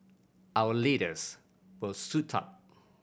our leaders will suit up